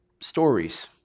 stories